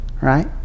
right